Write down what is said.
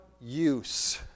use